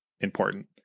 important